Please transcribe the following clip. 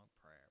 prayer